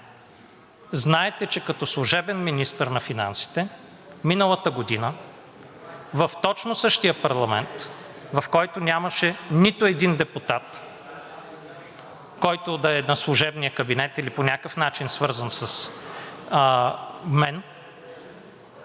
Знаете, че като служебен министър на финансите миналата година в точно същия парламент, в който нямаше нито един депутат, който да е на служебния кабинет или по някакъв начин свързан с мен,